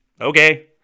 Okay